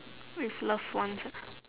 with loved ones ah